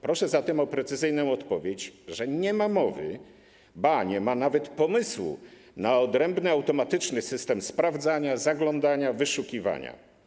Proszę zatem o precyzyjną odpowiedź, że nie ma mowy, ba, nie ma nawet pomysłu na odrębny automatyczny system sprawdzania, zaglądania, wyszukiwania.